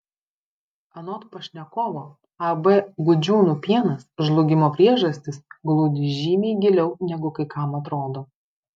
anot pašnekovo ab gudžiūnų pienas žlugimo priežastys glūdi žymiai giliau negu kai kam atrodo